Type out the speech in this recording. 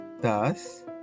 Thus